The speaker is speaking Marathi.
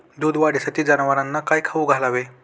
दूध वाढीसाठी जनावरांना काय खाऊ घालावे?